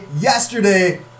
yesterday